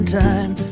time